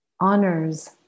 honors